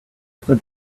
other